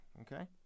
okay